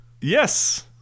yes